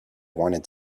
wanted